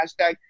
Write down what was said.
hashtag